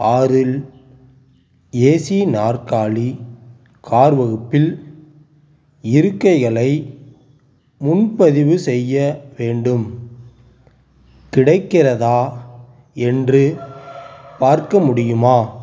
ஆறில் ஏசி நாற்காலி கார் வகுப்பில் இருக்கைகளை முன்பதிவு செய்ய வேண்டும் கிடைக்கிறதா என்று பார்க்க முடியுமா